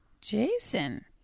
Jason